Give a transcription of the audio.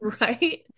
Right